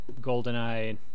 GoldenEye